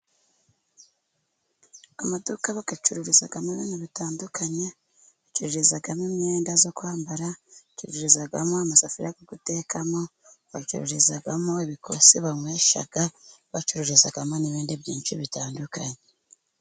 Amaduka bayacururizamo ibintu bitandukanye, bacururizamo imyenda yo kwambara bacururizamo amasafiriya yo gutekamo, bacururizamo ibikosi banywesha bacururizamo n'ibindi byinshi bitandukanye.